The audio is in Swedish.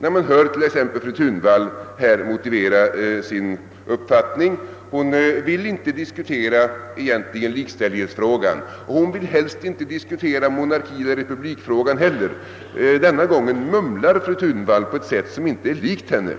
intryck att höra fru Thunvall här motivera sin uppfattning. Hon vill egentligen inte diskutera likställighetsfrågan, och helst vill hon inte heller diskutera monarkieller republikfrågan. Fru Thunvall mumlade denna gång på ett sätt som inte är likt henne.